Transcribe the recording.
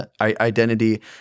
identity